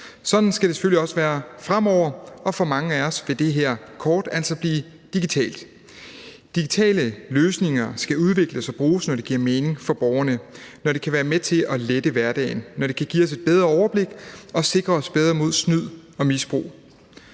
Sådan skal det selvfølgelig også være fremover, og for mange af os vil det her kort altså blive digitalt. Digitale løsninger skal udvikles og bruges, når det giver mening for borgerne; når det kan være med til at lette hverdagen; når det kan give os et bedre overblik og sikre os bedre mod snyd og misbrug;